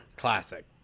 classic